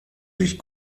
sich